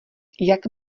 jak